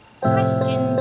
Question